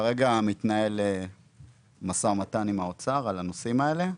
כרגע מתנהל מו"מ עם האוצר על הנושאים האלה.